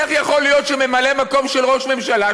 איך יכול להיות שממלא מקום של ראש ממשלה,